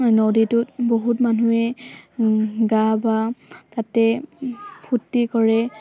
নদীটোত বহুত মানুহে গা বা তাতে ফূৰ্তি কৰে